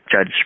Judge